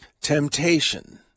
temptation